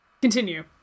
Continue